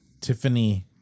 Tiffany